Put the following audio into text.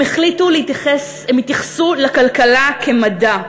הם התייחסו לכלכלה כמדע.